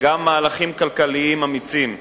וגם מהלכים כלכליים אמיצים.